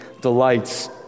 delights